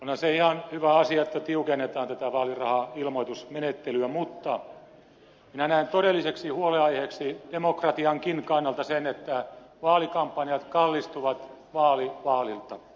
onhan se ihan hyvä asia että tiukennetaan tätä vaalirahailmoitusmenettelyä mutta minä näen todelliseksi huolenaiheeksi demokratiankin kannalta sen että vaalikampanjat kallistuvat vaali vaalilta